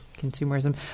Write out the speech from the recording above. consumerism